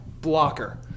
blocker